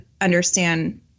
understand